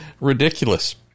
ridiculous